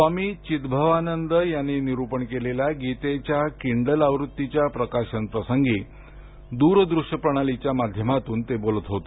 स्वामी चित्भवानंद यांनी निरूपण केलेल्या गीतेच्या किंडल आवृत्तीच्या प्रकाशन प्रसंगी दूरदृश्य प्रणालीच्या माध्यमातून ते बोलत होते